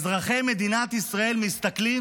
אזרחי מדינת ישראל מסתכלים,